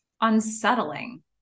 unsettling